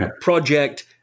project